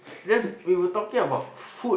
that's we were talking about food